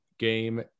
game